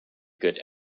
good